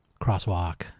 crosswalk